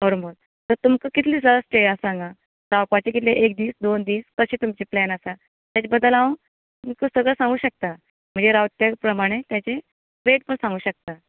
हरमल तर तुमकां कितलें जाण स्टे आसा हांगा रावपाचें कितलें एक दीस दोन दीस तशें तुमचें प्लेन आसात तेजे बद्दल हांव तुमका सगळें सांगू शकता मागीर हांव तें प्रमाणे तेजें रेट पण हांव सागूं शकता